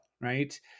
Right